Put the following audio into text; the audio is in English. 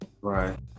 Right